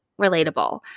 relatable